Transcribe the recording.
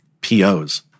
POs